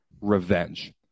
revenge